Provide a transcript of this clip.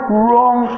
wrong